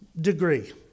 degree